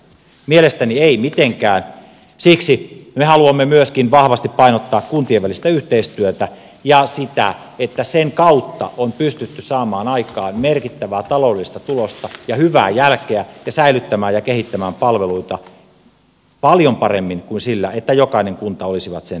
mielestäni ei mitenkään siksi me haluamme myöskin vahvasti painottaa kuntien välistä yhteistyötä ja sitä että sen kautta on pystytty saamaan aikaan merkittävää taloudellista tulosta ja hyvää jälkeä ja säilyttämään ja kehittämään palveluita paljon paremmin kuin sillä että jokainen kunta olisi sen tehnyt itsenäisesti